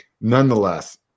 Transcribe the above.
Nonetheless